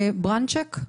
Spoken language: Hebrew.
טומי ברצ'נקו,